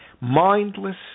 mindless